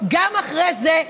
גם אחרי זה,